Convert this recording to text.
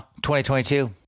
2022